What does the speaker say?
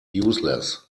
useless